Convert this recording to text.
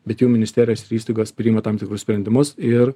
bet jau ministerijos ir įstaigos priima tam tikrus sprendimus ir